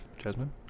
jasmine